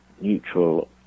neutral